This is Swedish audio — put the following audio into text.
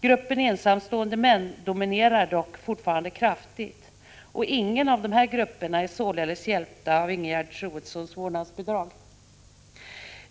Gruppen ensamstående män dominerar dock fortfarande kraftigt. Ingen av dessa grupper är således hjälpt av Ingegerd Troedssons vårdnadsbidrag.